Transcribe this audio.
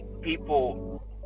people